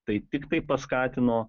tai tiktai paskatino